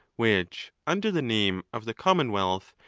which, under the name of the com monwealth,